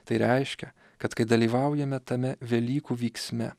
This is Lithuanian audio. tai reiškia kad kai dalyvaujame tame velykų vyksme